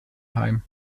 heim